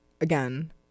Again